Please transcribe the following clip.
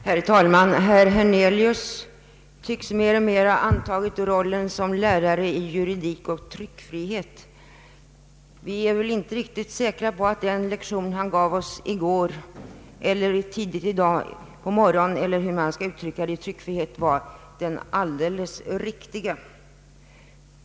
Herr talman! Herr Hernelius tycks mer och mer ha antagit rollen som lä rare i juridik och tryckfrihet. Vi är väl inte riktigt säkra på att den lektion i tryckfrihet han gav oss i går var den alldeles riktiga.